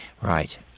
right